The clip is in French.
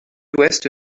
ouest